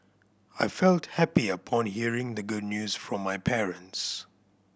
I felt happy upon hearing the good news from my parents